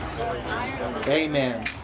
Amen